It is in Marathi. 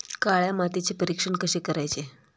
काळ्या मातीचे परीक्षण कसे करायचे?